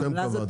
אתם קבעתם.